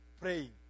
praying